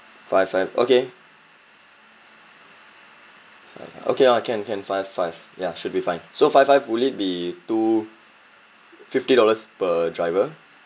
five five okay five okay lah can can five five ya should be fine so five five would it be two fifty dollars per driver